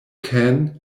can